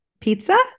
pizza